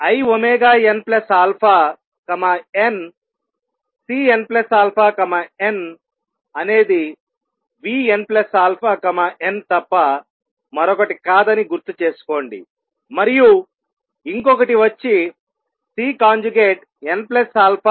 inαnCnαn అనేది vnαn తప్ప మరొకటి కాదని గుర్తు చేసుకోండి మరియు ఇంకొకటి వచ్చి Cnα n